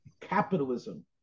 capitalism